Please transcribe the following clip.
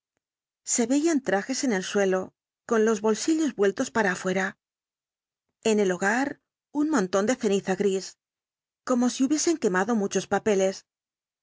se veían trajes en el suelo con los bolsillos vueltos para fuera en el hogar un montón de ceniza gris como si hubie el dr jekyll sen quemado muchos papeles